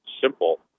simple